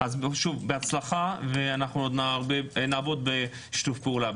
אז שוב, בהצלחה, ועוד נעבוד בשיתוף פעולה.